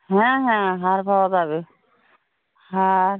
হ্যাঁ হ্যাঁ হার পাওয়া যাবে হার